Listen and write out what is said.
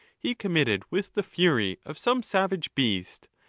he committed with the fury of some savage beast,